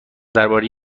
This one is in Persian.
درباره